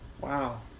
Wow